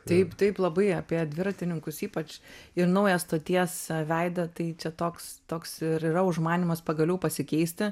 taip taip labai apie dviratininkus ypač ir naują stoties veidą tai čia toks toks ir yra užmanymas pagaliau pasikeisti